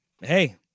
Hey